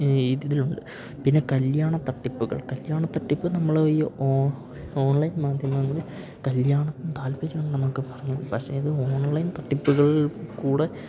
ഈ ഇതിലുണ്ട് പിന്നെ കല്യാണ തട്ടിപ്പുകൾ കല്യാണ തട്ടിപ്പ് നമ്മള് ഈ ഓ ഓൺലൈൻ മാധ്യമങ്ങളിൽ കല്യാണ താല്പര്യം നമുക്ക് പറഞ്ഞ് പക്ഷേ ഇത് ഓൺലൈൻ തട്ടിപ്പുകളിൽ കൂടെ